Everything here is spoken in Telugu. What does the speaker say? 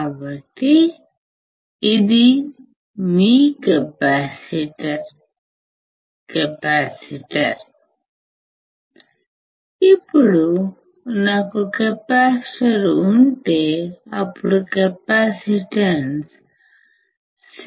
కాబట్టి ఇది మీకెపాసిటర్ ఇప్పుడు నాకు కెపాసిటర్ ఉంటే అప్పుడు కెపాసిటెన్స్ CkAεod